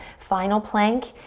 final plank.